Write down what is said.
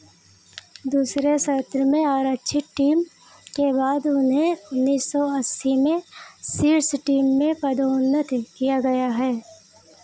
दूसरे सत्र में आरक्षित टीम के बाद उन्हें उन्हें उन्नीस सौ अस्सी में शीर्ष टीम में पदोन्नति किया गया है